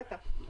בטח.